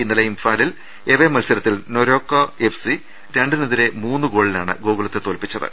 ഇന്നലെ ഇംഫാലിൽ നടന്ന എവേ മത്സരത്തിൽ നെരോക്ക എഫ് സി രണ്ടിനെതിരെ മൂന്ന് ഗോളിനാണ് ഗോകുലത്തെ തോൽപ്പിച്ചത്